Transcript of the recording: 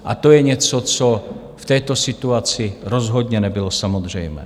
A to je něco, co v této situaci rozhodně nebylo samozřejmé.